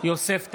יוסף טייב,